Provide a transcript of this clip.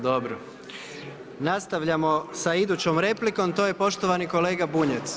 Dobro, nastavljamo sa idućom replikom to je poštovani kolega Bunjac.